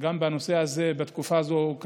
גם בנושא הזה, בתקופה הזו,